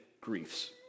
griefs